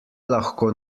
lahko